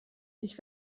ich